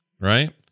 Right